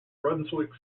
brunswick